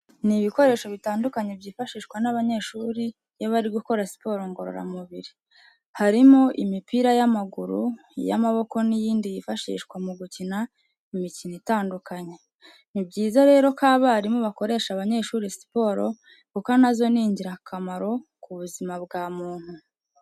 Ni ibikoreho bitandukanye byifashishwa n'abanyeshuri iyo bari gukora siporo ngororamubiri. Harimo imipira y'amaguru, iy'amaboko n'iyndi yifashishwa mu gukina imikino itandukanye. Ni byiza rero ko abarimu bakoresha abanyeshuri siporo kuko na zo ni ingirakamaro ku buzima bwa muntu.